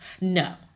no